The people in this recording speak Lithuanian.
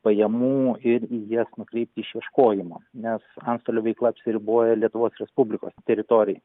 pajamų ir į jas nukreipti išieškojimo nes antstolių veikla apsiriboja lietuvos respublikos teritorijoj